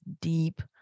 deep